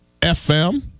FM